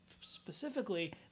specifically